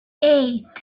eight